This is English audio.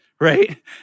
Right